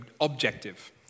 objective